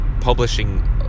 publishing